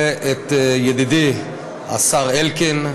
ואת ידידי השר אלקין,